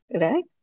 right